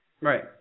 Right